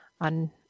on